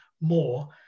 more